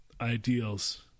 ideals